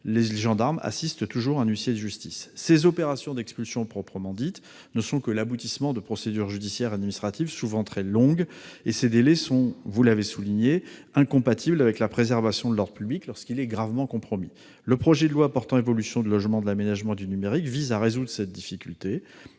Les gendarmes assistent toujours un huissier de justice. Ces opérations d'expulsion proprement dites ne sont que l'aboutissement de procédures judiciaires et administratives, souvent très longues. Ces délais sont, comme vous l'avez souligné, incompatibles avec la préservation de l'ordre public lorsqu'il est gravement compromis. La loi portant évolution du logement, de l'aménagement et du numérique vise à résoudre cette difficulté.